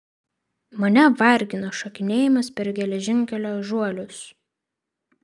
mane vargina šokinėjimas per geležinkelio žuolius